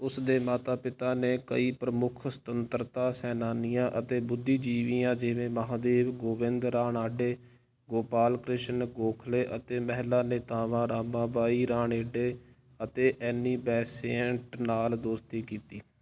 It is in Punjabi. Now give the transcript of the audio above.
ਉਸ ਦੇ ਮਾਤਾ ਪਿਤਾ ਨੇ ਕਈ ਪ੍ਰਮੁੱਖ ਸੁਤੰਤਰਤਾ ਸੈਨਾਨੀਆਂ ਅਤੇ ਬੁੱਧੀਜੀਵੀਆਂ ਜਿਵੇਂ ਮਹਾਦੇਵ ਗੋਵਿੰਦ ਰਾਨਾਡੇ ਗੋਪਾਲ ਕ੍ਰਿਸ਼ਨ ਗੋਖਲੇ ਅਤੇ ਮਹਿਲਾ ਨੇਤਾਵਾਂ ਰਾਮਾਬਾਈ ਰਾਨੇਡੇ ਅਤੇ ਐਨੀ ਬੇਸੈਂਟ ਨਾਲ ਦੋਸਤੀ ਕੀਤੀ